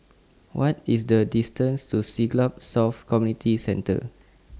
What IS The distance to Siglap South Community Centre